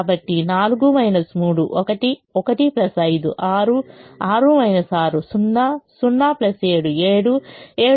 కాబట్టి 4 3 1 1 5 6 6 6 0 0 7 7 7 8 అంటే 1